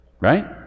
Right